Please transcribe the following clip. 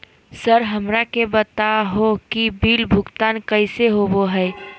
Sir हमरा के बता हो कि बिल भुगतान कैसे होबो है?